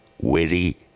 Witty